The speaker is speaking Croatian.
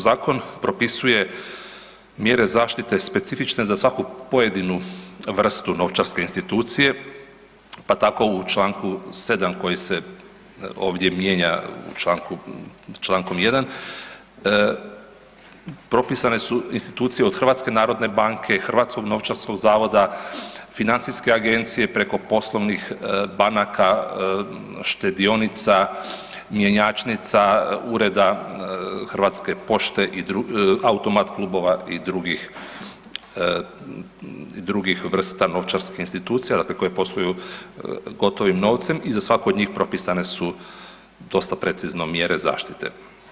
Zakon propisuje mjere zaštite specifične za svaku pojedinu vrstu novčarske institucije pa tako u čl. 7. koji se ovdje mijenja čl. 1., propisane su institucije o HNB-a, Hrvatskog novčarskog zavoda, FINA-e preko poslovnih banaka, štedionica, mjenjačnica, ureda Hrvatske pošte, automat klubova i drugih vrsta novčarskih institucija, dakle koje posluju gotovim novcem i za svaku od njih propisane su dosta precizno mjere zaštite.